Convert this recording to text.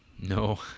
no